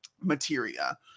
materia